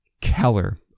keller